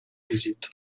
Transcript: визит